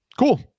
cool